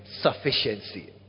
sufficiency